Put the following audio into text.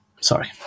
sorry